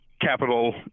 capital